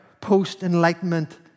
post-enlightenment